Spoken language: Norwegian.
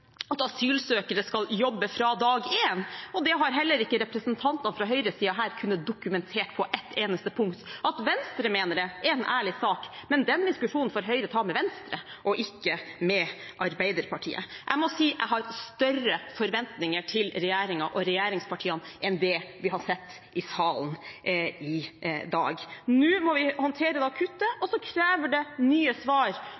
at asylsøkere skal jobbe fra dag én. Det har heller ikke representanter fra høyresiden her kunnet dokumentere på ett eneste punkt. At Venstre mener det, er en ærlig sak, men den diskusjonen får Høyre ta med Venstre og ikke med Arbeiderpartiet. Jeg må si jeg har større forventninger til regjeringen og regjeringspartiene enn det vi har sett i salen i dag. Nå må vi håndtere det akutte, og så krever det nye svar,